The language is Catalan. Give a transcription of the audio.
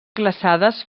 glaçades